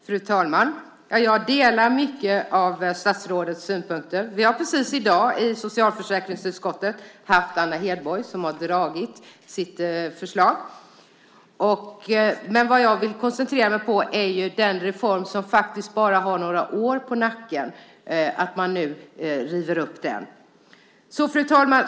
Fru talman! Jag delar mycket av statsrådets synpunkter. Vi har precis i dag haft Anna Hedborg i socialförsäkringsutskottet som har dragit sitt förslag. Men vad jag vill koncentrera mig på är att man nu river upp den reform som bara har några år på nacken. Fru talman!